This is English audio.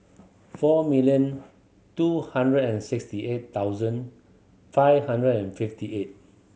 four million two hundred and sixty eight thousand five hundred and fifty eight